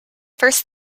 first